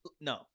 No